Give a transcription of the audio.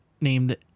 named